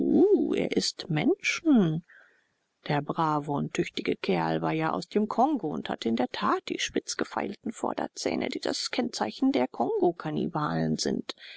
er ißt menschen der brave und tüchtige kerl war ja aus dem kongo und hatte in der tat die spitz gefeilten vorderzähne die das kennzeichen der kongokannibalen sind